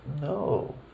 No